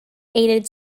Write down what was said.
aided